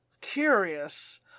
Curious